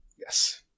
Yes